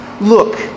look